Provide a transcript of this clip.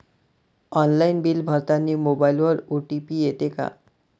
Online bill भरतानी मोबाईलवर OTP येते का?